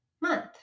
month